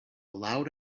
loud